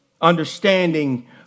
Understanding